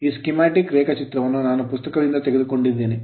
ಈ schematic schematic ರೇಖಾಚಿತ್ರವನ್ನು ನಾನು ಪುಸ್ತಕದಿಂದ ತೆಗೆದುಕೊಂಡಿದ್ದೇನೆ